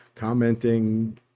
commenting